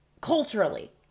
Culturally